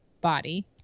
body